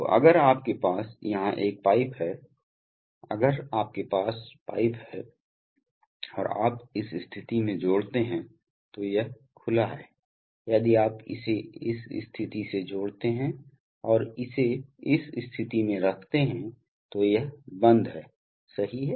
तो अगर आपके पास यहाँ एक पाइप है अगर आपके पास पाइप है और आप इस स्थिति में जोड़ते हैं तो यह खुला है यदि आप इसे इस स्थिति से जोड़ते हैं और इसे इस स्थिति में रखते हैं तो यह बंद है सही है